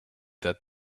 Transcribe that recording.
that